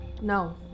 No